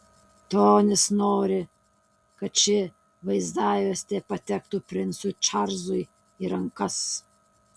tonis nori kad ši vaizdajuostė patektų princui čarlzui į rankas